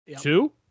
Two